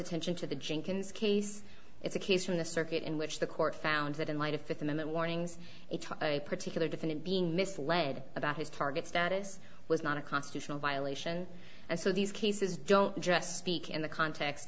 attention to the jenkins case it's a case from the circuit in which the court found that in light of fifth amendment warnings it's a particular defendant being misled about his target status was not a constitutional violation and so these cases don't just speak in the context